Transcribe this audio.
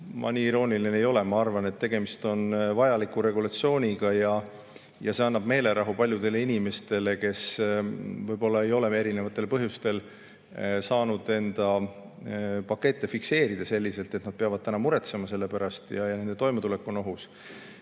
Ma nii irooniline ei ole. Ma arvan, et tegemist on vajaliku regulatsiooniga ja see annab meelerahu paljudele inimestele, kes võib-olla ei ole erinevatel põhjustel saanud enda pakette fikseerida, mistõttu nad peavad täna muretsema selle pärast, et toimetulek on ohus.